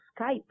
Skype